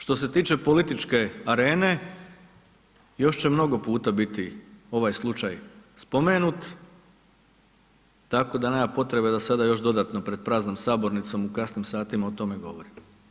Što se tiče političke arene, još će mnogo puta biti ovaj slučaj spomenut, tako da nema potrebe da sada još dodatno pred praznom sabornicom u kasnim satima o tome govorim.